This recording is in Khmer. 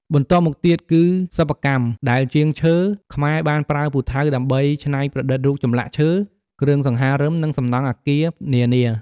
បន្ទាប់មកទៀតគីសិប្បកម្ម ដែលជាងឈើខ្មែរបានប្រើពូថៅដើម្បីច្នៃប្រឌិតរូបចម្លាក់ឈើ គ្រឿងសង្ហារិម និងសំណង់អគារនាៗ។